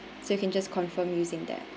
so you can just confirm using that